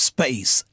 Space